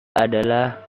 adalah